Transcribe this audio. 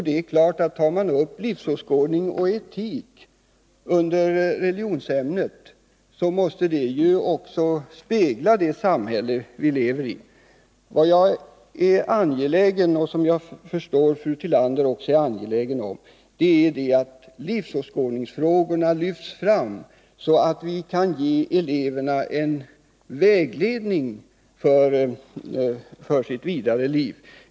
Det är klart, att tar man upp livsåskådning och etik i religionsämnet, måste undervisningen också spegla det samhälle som vi lever i. Jag är angelägen om — och jag förstår att även fru Tillander är det — att livsåskådningsfrågorna lyfts fram, så att vi kan ge eleverna en vägledning för deras framtid.